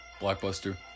Blockbuster